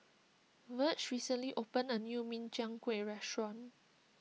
Virge recently opened a new Min Chiang Kueh restaurant